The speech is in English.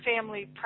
family